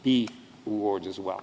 the wards as well